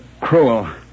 cruel